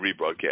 rebroadcast